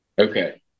Okay